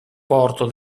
porto